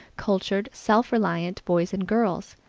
cultured, self-reliant boys and girls.